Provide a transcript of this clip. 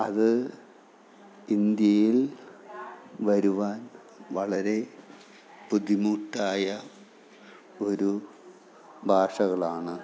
അത് ഇന്ത്യയിൽ വരുവാൻ വളരെ ബുദ്ധിമുട്ടായ ഒരു ഭാഷകളാണ്